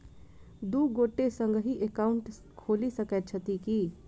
दु गोटे संगहि एकाउन्ट खोलि सकैत छथि की?